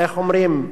איך אומרים,